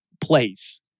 place